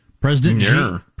President